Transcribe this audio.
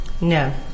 No